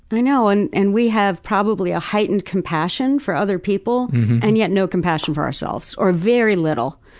i know. and and we have probably a heightened compassion for other people and yet no compassion for ourselves. or very little.